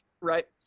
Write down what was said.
right